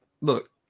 Look